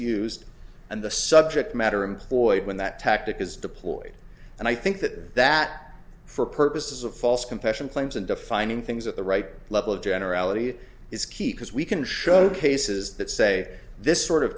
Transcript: used and the subject matter employed when that tactic is deployed and i think that that for purposes of false confession claims and defining things at the right level of generality is key because we can show cases that say this sort of